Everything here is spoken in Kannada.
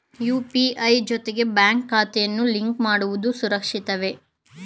ಯು.ಪಿ.ಐ ಜೊತೆಗೆ ಬ್ಯಾಂಕ್ ಖಾತೆಯನ್ನು ಲಿಂಕ್ ಮಾಡುವುದು ಸುರಕ್ಷಿತವೇ?